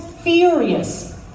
furious